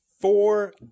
Four